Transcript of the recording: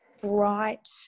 bright